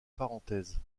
parenthèses